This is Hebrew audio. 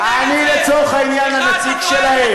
אני לצורך העניין הנציג שלהם.